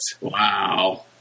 Wow